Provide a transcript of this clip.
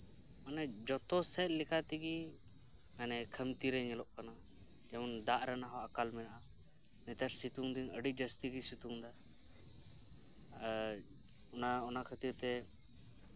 ᱢᱟᱱᱮ ᱡᱚᱛ ᱥᱮᱫ ᱞᱮᱠᱟ ᱛᱮᱜᱮ ᱢᱟᱱᱮ ᱠᱷᱟᱹᱢᱛᱤ ᱨᱮ ᱧᱮᱞᱚᱜ ᱠᱟᱱᱟ ᱡᱮᱢᱚᱱ ᱫᱟᱜ ᱨᱮᱱᱟᱜ ᱦᱚ ᱟᱠᱟᱞ ᱢᱮᱱᱟᱜᱼᱟ ᱱᱮᱛᱟᱨ ᱥᱤᱛᱩᱝ ᱫᱤᱱ ᱟᱹᱰᱤ ᱡᱟᱹᱥᱛᱤᱜᱮᱭ ᱥᱤᱛᱩᱝ ᱮᱫᱟ ᱟᱨ ᱚᱱᱟ ᱚᱱᱟ ᱠᱷᱟᱹᱛᱤᱨ ᱛᱮ